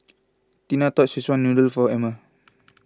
Tina Szechuan Noodle for Emmer